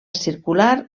circular